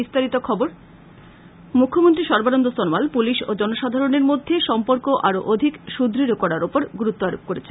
বিস্তারিত খবর মুখ্যমন্ত্রী সর্বানন্দ সনোয়াল পুলিশ ও জনসাধারণের মধ্যে সম্পর্ক আরো অধিক সুদ্য় করার ওপর গুরুত্ব আরোপ করেছেন